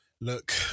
look